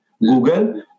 Google